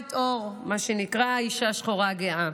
שחומת עור, מה שנקרא "אישה שחומה גאה".